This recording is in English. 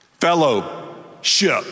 fellowship